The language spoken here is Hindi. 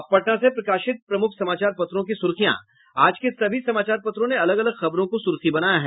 अब पटना से प्रकाशित प्रमुख समाचार पत्रों की सुर्खियां आज के सभी समाचार पत्रों ने अलग अलग खबरों को सुर्खी बनाया है